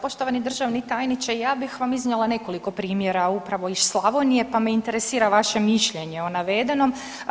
Poštovani državni tajniče ja bih vam iznijela nekoliko primjera upravo iz Slavonije pa me interesira vaše mišljenje o navedenom.